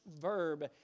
verb